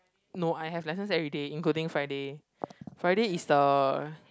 no I have lessons everyday including Friday Friday is the